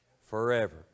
Forever